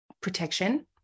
protection